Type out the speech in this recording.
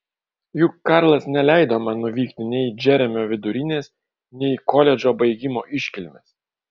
juk karlas neleido man nuvykti nei į džeremio vidurinės nei į koledžo baigimo iškilmes